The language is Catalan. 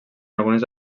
algunes